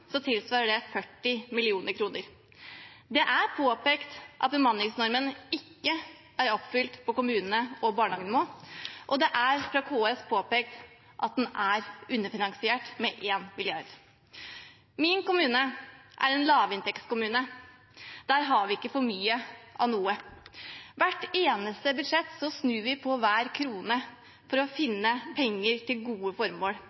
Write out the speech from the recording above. tilsvarer det 40 mill. kr. Det er påpekt at bemanningsnormen ikke er oppfylt på kommune- og barnehagenivå, og det er fra KS påpekt at den er underfinansiert med 1 mrd. kr. Min kommune er en lavinntektskommune. Der har vi ikke for mye av noe. For hvert eneste budsjett snur vi på hver krone for å finne penger til gode formål